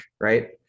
right